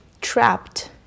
trapped